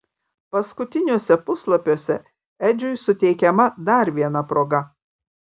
paskutiniuose puslapiuose edžiui suteikiama dar viena proga